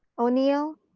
o'neill,